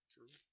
True